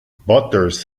butters